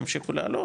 ימשיכו לעלות,